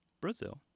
Brazil